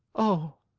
oh,